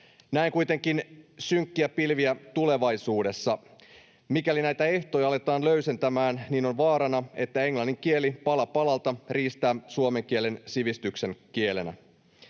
Näen kuitenkin synkkiä pilviä tulevaisuudessa. Mikäli näitä ehtoja aletaan löysentämään, niin on vaarana, että englannin kieli pala palalta riistää suomen kielen sivistyksen kielenä.